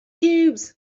cubes